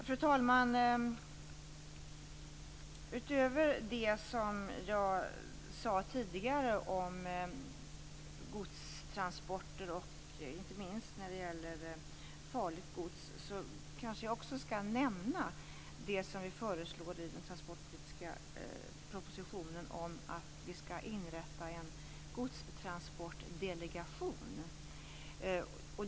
Fru talman! Utöver det som jag sade tidigare om godstransporter, inte minst när det gäller farligt gods, skall jag kanske också nämna att vi i den transportpolitiska propositionen föreslår att vi skall inrätta en godstransportdelegation.